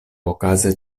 okaze